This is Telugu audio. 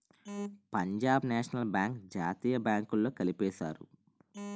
పంజాబ్ నేషనల్ బ్యాంక్ జాతీయ బ్యాంకుల్లో కలిపేశారు